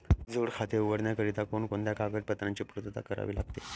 जोड खाते उघडण्याकरिता कोणकोणत्या कागदपत्रांची पूर्तता करावी लागते?